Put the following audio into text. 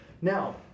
Now